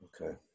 Okay